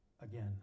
Again